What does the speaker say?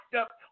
up